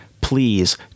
please